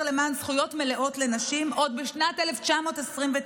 למען זכויות מלאות לנשים עוד בשנת 1929,